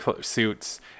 suits